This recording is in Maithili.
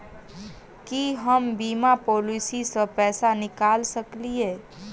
की हम बीमा पॉलिसी सऽ पैसा निकाल सकलिये?